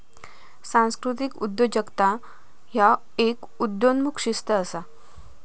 सांस्कृतिक उद्योजकता ह्य एक उदयोन्मुख शिस्त असा